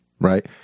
right